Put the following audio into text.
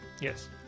yes